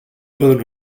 byddwn